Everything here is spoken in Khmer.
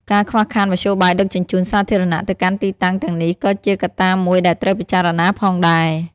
ការខ្វះខាតមធ្យោបាយដឹកជញ្ជូនសាធារណៈទៅកាន់ទីតាំងទាំងនេះក៏ជាកត្តាមួយដែលត្រូវពិចារណាផងដែរ។